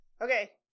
Okay